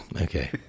Okay